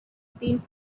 been